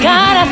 God